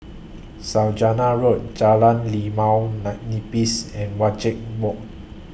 Saujana Road Jalan Limau NAN Nipis and Wajek Walk